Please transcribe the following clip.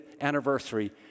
anniversary